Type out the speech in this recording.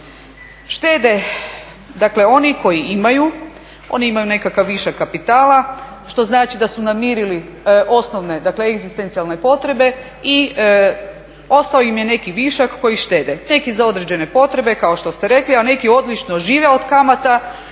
Štede dakle oni koji imaju, oni imaju nekakav višak kapitala što znači da su namirili osnovne, dakle egzistencijalne potrebe i ostao im je neki višak koji štede. Neki za određene potrebe kao što ste rekli, a neki odlično žive od kamata